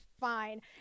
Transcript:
fine